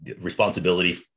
responsibility